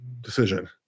decision